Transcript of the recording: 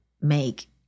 make